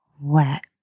wet